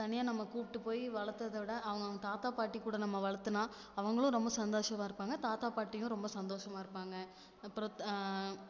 தனியாக நம்ம கூப்பிட்டு போய் வளத்ததை விட அவங்கவங்க தாத்தா பாட்டி கூட நம்ம வளத்துனா அவங்களும் ரொம்ப சந்தோஷமாக இருப்பாங்க தாத்தா பாட்டியும் ரொம்ப சந்தோஷமாக இருப்பாங்க அப்புறம்